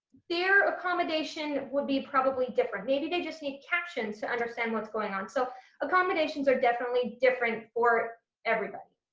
their accommodation would be probably different maybe they just need captions to understand what's going on so accommodations are definitely different for everybody.